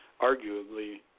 arguably